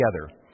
together